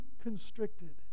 constricted